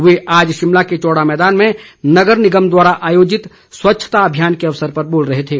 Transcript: वे आज शिमला के चौड़ा मैदान में नगर निगम द्वारा आयोजित स्वच्छता अभियान के अवसर पर बोल रहे थे